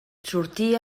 sortir